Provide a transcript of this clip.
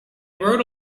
rode